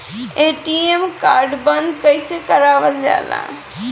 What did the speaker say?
ATM card बन्द कईसे करावल जाला?